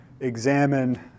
examine